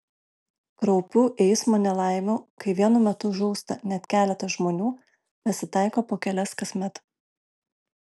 kraupių eismo nelaimių kai vienu metu žūsta net keletas žmonių pasitaiko po kelias kasmet